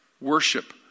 worship